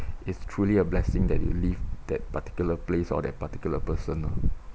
it's truly a blessing that you leave that particular place or that particular person lah